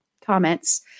comments